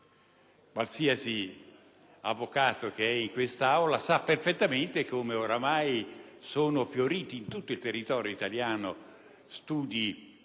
Qualsiasi avvocato che è in questa Aula sa perfettamente come ormai sono fioriti in tutto il territorio italiano studi